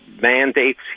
mandates